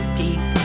deep